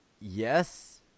yes